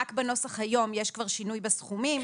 רק בנוסח היום יש כבר שינוי בסכומים.